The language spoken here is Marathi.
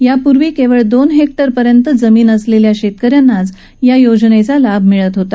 यापूर्वी केवळ दोन हेक्टर पर्यंत जमीन असलेल्या शेतकऱ्यांनाच या योजनेचा लाभ मिळत होता